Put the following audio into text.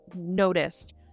noticed